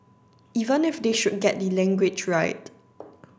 even if they should get the language right